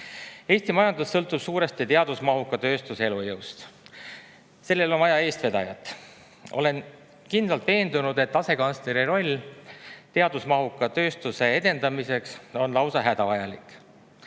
huvi. Eesti majandus sõltub suuresti teadusmahuka tööstuse elujõust. Sellele on vaja eestvedajat. Olen kindlalt veendunud, et asekantsleri roll teadusmahuka tööstuse edendamiseks on lausa hädavajalik.